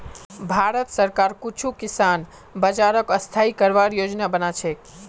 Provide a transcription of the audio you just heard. भारत सरकार कुछू किसान बाज़ारक स्थाई करवार योजना बना छेक